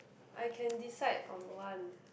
I can decide on one